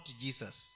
Jesus